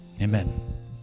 amen